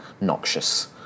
noxious